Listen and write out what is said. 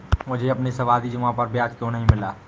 मुझे अपनी सावधि जमा पर ब्याज क्यो नहीं मिला?